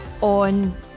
on